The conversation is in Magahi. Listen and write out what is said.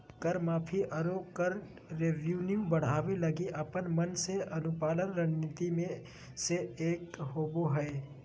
कर माफी, आरो कर रेवेन्यू बढ़ावे लगी अपन मन से अनुपालन रणनीति मे से एक होबा हय